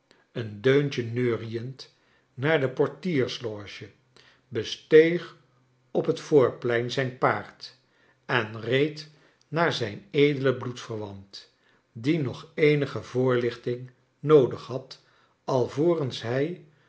een deuntje neuriend naar de portiersloge besteeg op het voorplein zijn paard en reed naar zijn edelen bloedverwant die nog eenige voorlichting noodig had alvorens hij